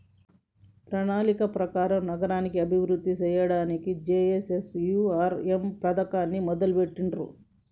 ప్రణాళిక ప్రకారం నగరాలను అభివృద్ధి సేయ్యడానికి జే.ఎన్.ఎన్.యు.ఆర్.ఎమ్ పథకాన్ని మొదలుబెట్టిర్రు